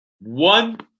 one